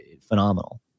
phenomenal